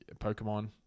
Pokemon